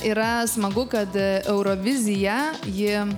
yra smagu kad eurovizija ji